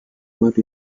map